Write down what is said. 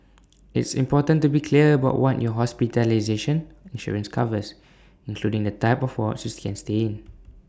it's important to be clear about what your hospitalization insurance covers including the type of wards you can stay in